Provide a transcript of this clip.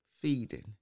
feeding